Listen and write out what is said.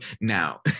now